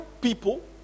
people